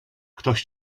ktoś